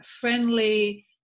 friendly